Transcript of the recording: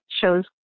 shows